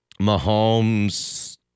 Mahomes